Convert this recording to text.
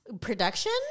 Production